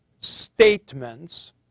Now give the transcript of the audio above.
statements